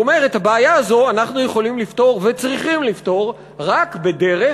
והוא אומר: את הבעיה הזאת אנחנו יכולים לפתור וצריכים לפתור רק בדרך,